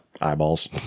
eyeballs